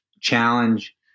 challenge